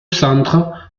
centre